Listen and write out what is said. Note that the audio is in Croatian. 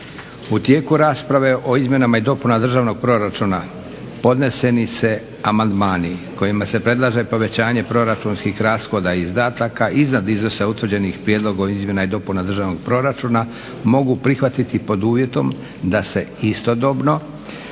U tijeku rasprave o Izmjenama i dopunama državnog proračuna podneseni se amandmani kojima se predlaže povećanje proračunskih rashoda i izdataka iznad iznosa utvrđenih Prijedlogom izmjena i dopuna državnog proračuna mogu prihvatiti pod uvjetom da se istodobno